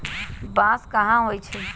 बांस कहाँ होई छई